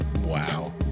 Wow